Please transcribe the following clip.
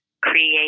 create